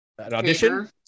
audition